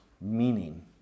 meaning